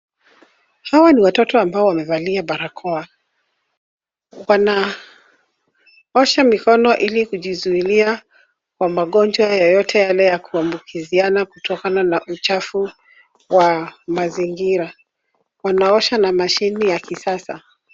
Hawa ni watoto ambao wamevalia barakoa. Wanaosha mikono ilikujizuilia kwa magonjwa yoyote yale ya kuambukiziana kutokana na uchafu wa mazingira. Wanaosha na mashine ya kisasa.